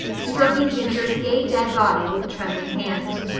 stroking ginger's gay dead body with a trembling hand.